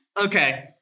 Okay